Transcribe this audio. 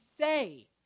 say